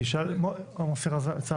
מוסי יצא,